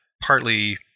partly